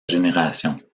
génération